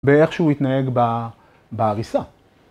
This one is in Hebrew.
‫באיך שהוא התנהג בהריסה.